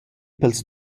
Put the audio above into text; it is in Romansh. pels